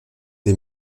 des